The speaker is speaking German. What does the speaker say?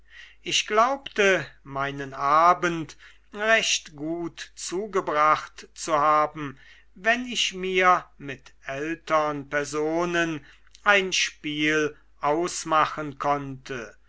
ich glaubte meinen abend recht gut zugebracht zu haben wenn ich mir mit ältern personen ein spiel ausmachen konnte